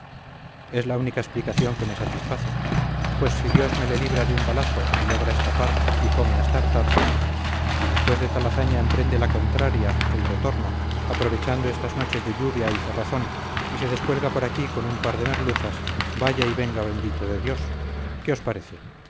es la única explicación que me satisface pues si dios me le libra de un balazo y logra escapar y come hasta hartarse si después de tal hazaña emprende la contraria el retorno aprovechando estas noches de lluvia y cerrazón y se descuelga por aquí con un par de merluzas vaya y venga bendito de dios qué os parece